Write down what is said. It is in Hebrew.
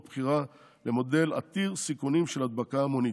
בחירה למודל עתיר סיכונים של הדבקה המונית.